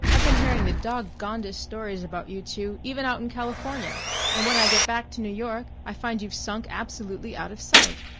i've been hearing the dog-gonedest stories about you two even out in california and when i get back to new york i find you've sunk absolutely out of sight.